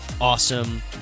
awesome